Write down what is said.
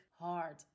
Hard